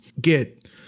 get